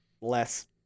less